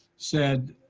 said,